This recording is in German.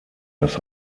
dass